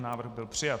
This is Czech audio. Návrh byl přijat.